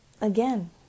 again